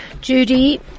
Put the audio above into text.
Judy